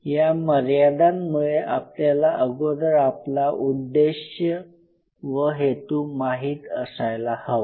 या मर्यादांमुळे आपल्याला अगोदर आपला उद्देश व हेतू माहीत असायला हवा